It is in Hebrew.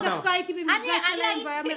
אני דווקא הייתי במפגש שלהם והיה מרתק.